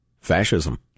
Fascism